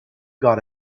got